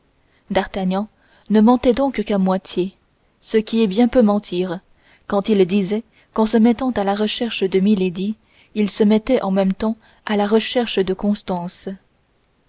d'artagnan ne mentait donc qu'à moitié ce qui est bien peu mentir quand il disait qu'en se mettant à la recherche de milady il se mettait en même temps à la recherche de constance